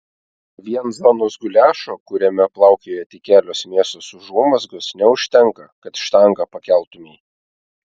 vien zonos guliašo kuriame plaukioja tik kelios mėsos užuomazgos neužtenka kad štangą pakeltumei